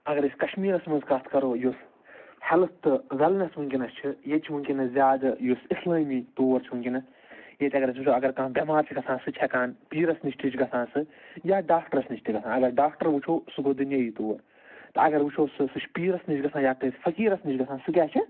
اگر أسۍ کَشمیٖرَس مَنٛز کتھ کَرو یُس ہیٚلتھ تہٕ ویٚلنیٚس ونکیٚنَس چھِ ییٚتہ چھ ونکیٚنَس زیادٕ یُس اِسلٲمی تور چھُ ونکیٚنَس ییٚتہ اگر أسۍ وٕچھو اگر کانٛہہ بیٚمار چھُ گَژھان سُہ چھ ہیٚکان پیٖرَس نِش تہِ چھُ گَژھان سُہ یا ڈاکٹرس نِش تہِ گَژھان اگر ڈاکٹر وٕچھو سُہ گوٚو دُنیٲیی تورتہٕ اگر وٕچھو سُہ سُہ چھُ پیٖرَس نِش گَژھان یا کٲنٛسہِ فقیٖرَس نَش گَژھان سُہ کیاہ چھ